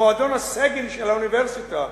מועדון הסגל של האוניברסיטה,